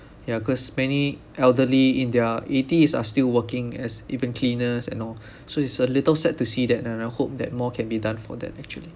ya cause many elderly in their eighties are still working as even cleaners and all so it's a little sad to see that and I hope that more can be done for them actually